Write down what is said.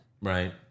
Right